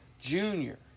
junior